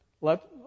let